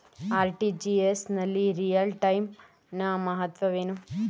RTGS ನಲ್ಲಿ real time ನ ಮಹತ್ವವೇನು?